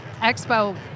expo